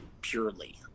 purely